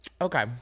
okay